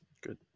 good